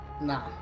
Nah